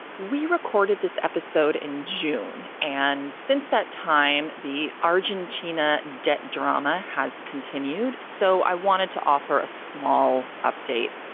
we recorded this episode in june. and since that time, the argentina debt drama has continued. so i wanted to offer a small update.